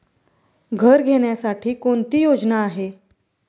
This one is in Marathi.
घर घेण्यासाठी कोणती योजना आहे?